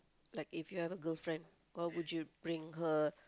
like if you had a girlfriend what would you bring her